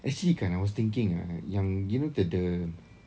actually kan I was thinking ah yang you know the the